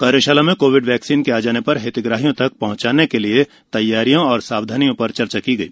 कार्यशाला में Covid vaccine के आ जाने पर हितग्राहियों तक पह्चाने हेतु तैयारियों एवं सावधानियों पर चर्चा की गई